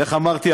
איך אמרתי?